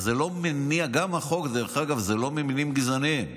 גם החוק זה לא ממניעים גזעניים.